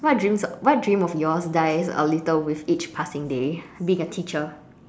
what dreams of what dream of yours dies a little with each passing day being a teacher